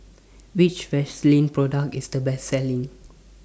Which Vaselin Product IS The Best Selling